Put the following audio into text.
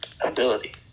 ability